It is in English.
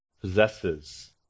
possesses